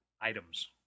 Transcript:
items